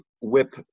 whip